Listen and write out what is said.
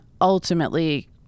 ultimately